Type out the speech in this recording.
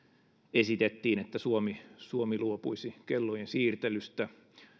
esitettiin että suomi suomi luopuisi kellojen siirtelystä